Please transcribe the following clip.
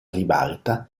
ribalta